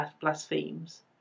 blasphemes